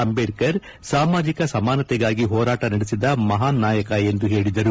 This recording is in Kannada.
ಅಂಬೇಡ್ಕರ್ ಸಾಮಾಜಿಕ ಸಮಾನತೆಗಾಗಿ ಹೋರಾಟ ನಡೆಸಿದ ಮಹಾನ್ ನಾಯಕ ಎಂದು ಹೇಳಿದರು